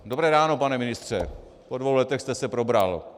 Dobré ráno, pane ministře, po dvou letech jste se probral.